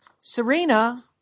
Serena